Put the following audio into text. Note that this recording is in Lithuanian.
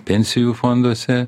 pensijų fonduose